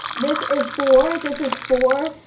this is four, this is four,